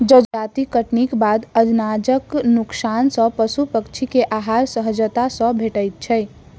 जजाति कटनीक बाद अनाजक नोकसान सॅ पशु पक्षी के आहार सहजता सॅ भेटैत छै